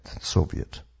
Soviet